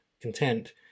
content